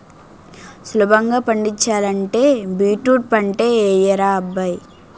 సులభంగా పండించాలంటే బీట్రూట్ పంటే యెయ్యరా అబ్బాయ్